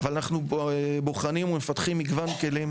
אבל אנחנו בוחנים ומפתחים מגוון כלים,